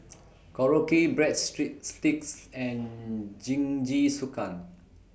Korokke Bread Street Sticks and Jingisukan